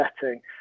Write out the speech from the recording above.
setting